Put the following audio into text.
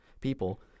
people